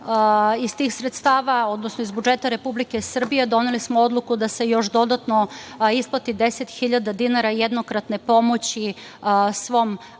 Iz tih sredstava, odnosno iz budžeta Republike Srbije doneli smo odluku da se još dodatno isplati 10 hiljada dinara jednokratne pomoći svom